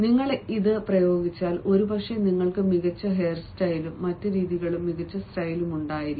നിങ്ങൾ ഇത് പ്രയോഗിച്ചാൽ ഒരു പക്ഷേ നിങ്ങൾക്ക് മികച്ച ഹെയർസ്റ്റൈലും മറ്റ് രീതികളിൽ മികച്ച സ്റ്റൈലും ഉണ്ടായിരിക്കും